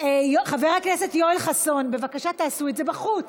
חבר הכנסת יואל חסון, בבקשה תעשו את זה בחוץ.